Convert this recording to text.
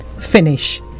finish